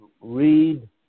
read